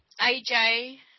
AJ